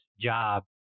job